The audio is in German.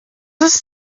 ist